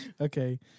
okay